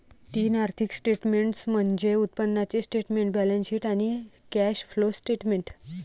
तीन आर्थिक स्टेटमेंट्स म्हणजे उत्पन्नाचे स्टेटमेंट, बॅलन्सशीट आणि कॅश फ्लो स्टेटमेंट